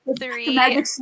three